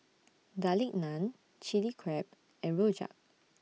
Garlic Naan Chili Crab and Rojak